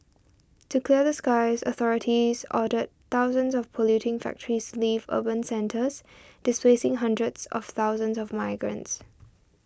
to clear the skies authorities ordered thousands of polluting factories leave urban centres displacing hundreds of thousands of migrants